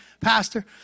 Pastor